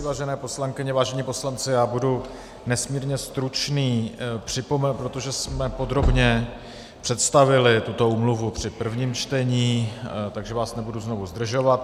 Vážené poslankyně, vážení poslanci, budu nesmírně stručný, protože jsme podrobně představili tuto úmluvu při prvním čtení, takže vás nebudu znovu zdržovat.